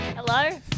Hello